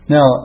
Now